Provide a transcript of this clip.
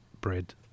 bread